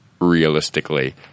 realistically